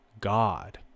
god